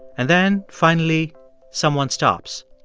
and then, finally someone stops,